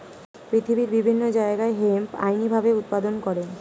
পৃথিবীর বিভিন্ন জায়গায় হেম্প আইনি ভাবে উৎপাদন করে